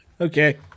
Okay